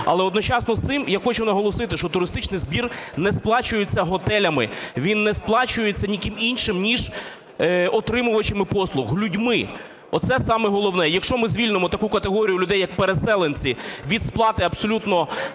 Але одночасно з цим я хочу наголосити, що туристичний збір не сплачується готелями, він не сплачується ніким іншим ніж отримувачами послуг – людьми. Оце саме головне. Якщо ми звільнимо таку категорію людей як переселенці від сплати абсолютно